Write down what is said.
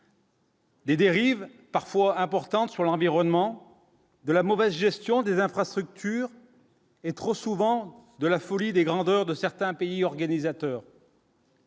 Des dérives parfois importantes sur l'environnement de la mauvaise gestion des infrastructures et trop souvent de la folie des grandeurs de certains pays organisateur.